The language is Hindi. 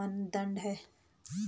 मानदंड है?